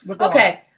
Okay